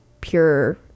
pure